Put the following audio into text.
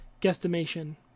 guesstimation